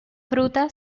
fruta